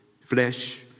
flesh